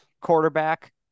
quarterback